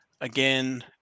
Again